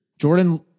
Jordan